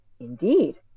Indeed